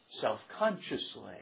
self-consciously